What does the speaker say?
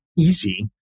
easy